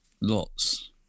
Lots